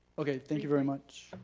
okay thank you very much.